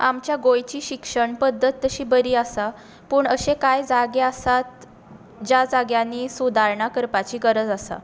आमच्या गोंयची शिक्षण पद्दत तशी बरी आसा पूण अशें कांय जागे आसात ज्या जाग्यांनी सुदारणा करपाची गरज आसा